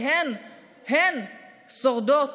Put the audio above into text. שהן-הן שורדות